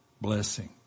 blessing